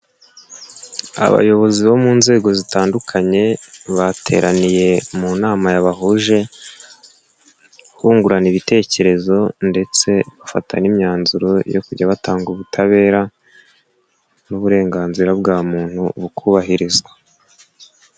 Abayobozi bo mu nzego zitandukanye, bateraniye mu nama yabahuje, bungurana ibitekerezo ndetse bafata n'imyanzuro yo kujya batanga ubutabera n'uburenganzira bwa muntu bukubahirizwa.